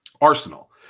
arsenal